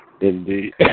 Indeed